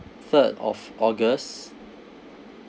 third of august